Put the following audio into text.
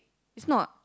it's not